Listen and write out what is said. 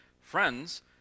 friends